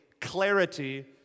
clarity